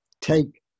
take